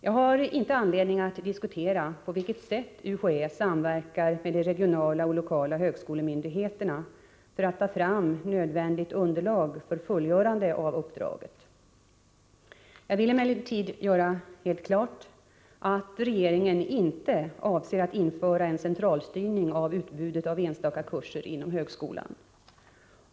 Jag har inte anledning att diskutera på vilket sätt UHÄ samverkar med de regionala och lokala högskolemyndigheterna för att ta fram nödvändigt underlag för fullgörande av uppdraget. Jag vill emellertid göra helt klart, att regeringen inte avser att införa en centralstyrning av utbudet av enstaka kurser inom högskolan.